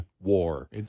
war